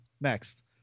Next